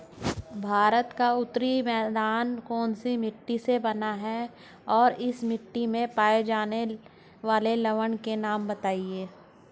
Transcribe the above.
भारत का उत्तरी मैदान कौनसी मिट्टी से बना है और इस मिट्टी में पाए जाने वाले लवण के नाम बताइए?